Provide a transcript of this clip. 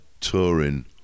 touring